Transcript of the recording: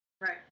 right